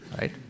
Right